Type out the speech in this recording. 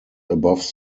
above